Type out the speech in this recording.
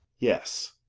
yes.